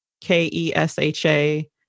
K-E-S-H-A